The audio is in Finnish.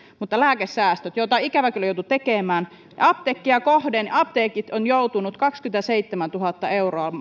mutta lääkesäästöjä joita ikävä kyllä joutuu tekemään apteekkia kohden apteekit ovat joutuneet maksamaan kaksikymmentäseitsemäntuhatta euroa